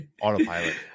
autopilot